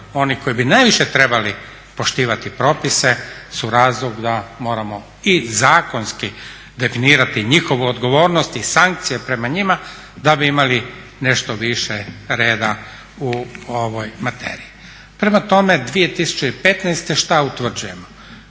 oni koji bi najviše trebali poštivati propise su razlog da moramo i zakonski definirati njihovu odgovornost i sankcije prema njima da bi imali nešto više reda u ovoj materiji. Prema tome, 2015. što utvrđujemo?